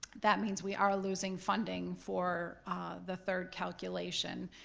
that means we are losing funding for the third calculation,